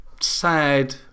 sad